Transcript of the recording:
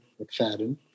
McFadden